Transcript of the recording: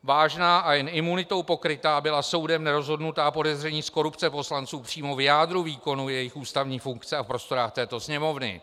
Vážná a imunitou pokrytá byla soudem nerozhodnutá podezření z korupce poslanců přímo v jádru výkonu jejich ústavní funkce a v prostorách této Sněmovny.